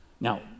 Now